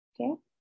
Okay